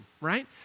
right